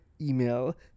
email